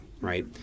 Right